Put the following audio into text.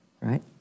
right